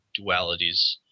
dualities